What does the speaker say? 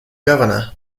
governor